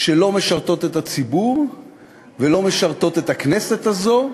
שלא משרתות את הציבור ולא משרתות את הכנסת הזאת,